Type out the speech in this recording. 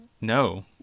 No